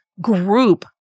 Group